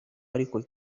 ariko